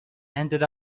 ended